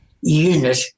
unit